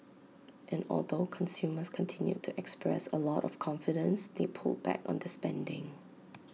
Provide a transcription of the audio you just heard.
and although consumers continued to express A lot of confidence they pulled back on their spending